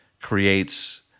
creates